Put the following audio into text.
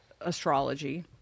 astrology